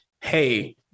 hey